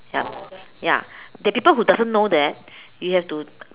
ya ya there are people who doesn't know that you have to